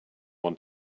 want